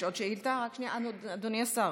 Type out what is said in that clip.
אדוני השר,